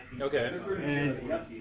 Okay